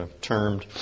termed